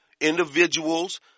individuals